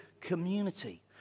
community